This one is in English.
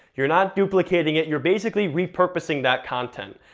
you're not duplicating it, you're basically repurposing that content.